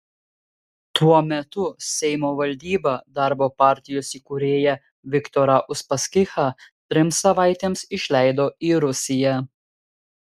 tuo metu seimo valdyba darbo partijos įkūrėją viktorą uspaskichą trims savaitėms išleido į rusiją